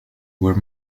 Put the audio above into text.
were